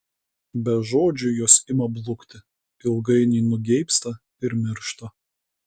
be žodžių jos ima blukti ilgainiui nugeibsta ir miršta